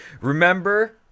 Remember